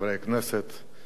ראש עיריית שדרות,